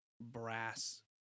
brass